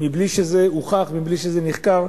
בלי שזה הוכח ובלי שזה נחקר,